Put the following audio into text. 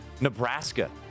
Nebraska